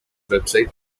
website